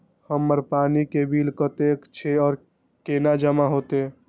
हमर पानी के बिल कतेक छे और केना जमा होते?